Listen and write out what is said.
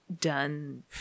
done